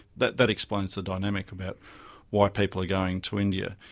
that that explains the dynamic about why people are going to india.